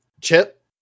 Chip